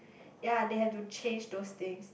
ya they have to change those things